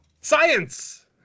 Science